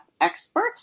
expert